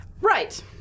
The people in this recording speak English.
Right